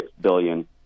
billion